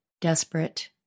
desperate